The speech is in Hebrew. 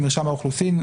למרשם האוכלוסין,